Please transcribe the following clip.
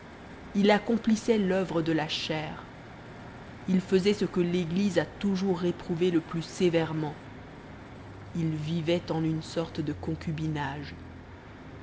il accomplissait l'oeuvre de chair il faisait ce que l'église a toujours réprouvé le plus sévèrement il vivait en une sorte de concubinage